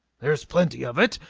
there's plenty of it.